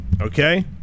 okay